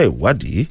wadi